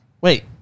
Wait